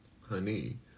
Honey